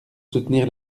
soutenir